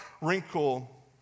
wrinkle